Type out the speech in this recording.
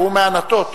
והוא מענתות,